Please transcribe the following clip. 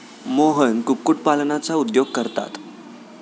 मोहन कुक्कुटपालनाचा उद्योग करतात